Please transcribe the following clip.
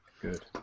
Good